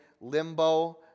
limbo